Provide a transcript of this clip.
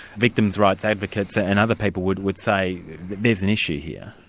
victims' rights advocates ah and other people would would say there's an issue here.